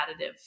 additive